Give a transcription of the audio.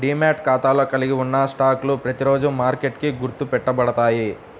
demat ఖాతాలో కలిగి ఉన్న స్టాక్లు ప్రతిరోజూ మార్కెట్కి గుర్తు పెట్టబడతాయి